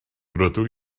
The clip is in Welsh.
rydw